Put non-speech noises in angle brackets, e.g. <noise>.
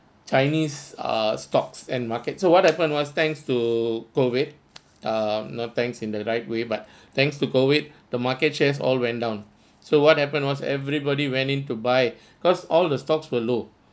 chinese uh stocks and markets so what happened was thanks to COVID err not thanks in the right way but <breath> thanks to COVID the market shares all went down so what happened was everybody went in to buy <breath> cause all the stocks were low